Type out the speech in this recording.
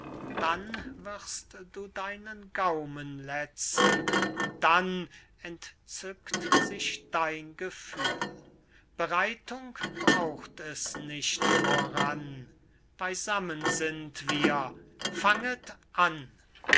dann wirst du deinen gaumen letzen und dann entzückt sich dein gefühl bereitung braucht es nicht voran beysammen sind wir fanget an